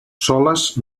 soles